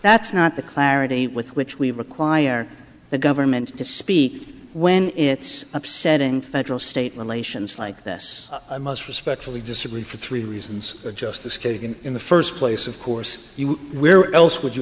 that's not the clarity with which we require the government to speak when it's upsetting federal state relations like this i must respectfully disagree for three reasons the justice kagan in the first place of course you where else would you